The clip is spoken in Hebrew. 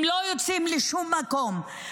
הם לא יוצאים לשום מקום,